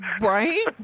Right